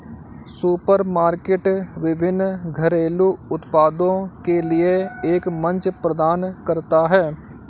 supermarket विभिन्न घरेलू उत्पादों के लिए एक मंच प्रदान करता है